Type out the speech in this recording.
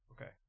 Okay